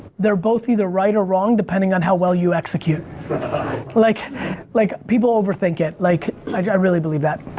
they're both either right or wrong depending on how well you execute like like people overthink it like i really believe that